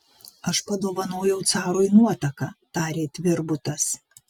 aš padovanojau carui nuotaką tarė tvirbutas